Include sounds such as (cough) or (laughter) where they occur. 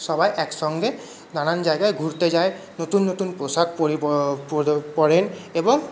সবাই একসঙ্গে নানান জায়গায় ঘুরতে যায় নতুন নতুন পোশাক (unintelligible) পরেন এবং